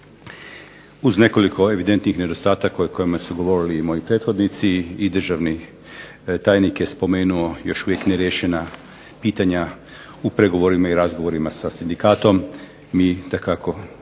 uz nekoliko evidentnih nedostataka o kojima su govorili i moji prethodnici i državni tajnik je spomenuo još uvijek neriješena pitanja u pregovorima i razgovorima sa sindikatom. Mi dakako